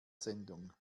sendung